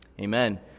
Amen